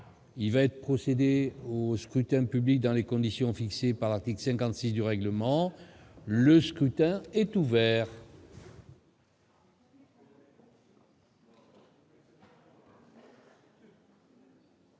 Il va être procédé au scrutin dans les conditions fixées par l'article 56 du règlement. Le scrutin est ouvert.